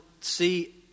see